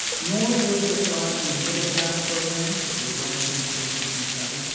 nor will it apply to middle-class programs that the obama administration has been touting,